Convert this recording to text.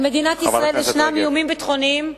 על מדינת ישראל ישנם איומים ביטחוניים,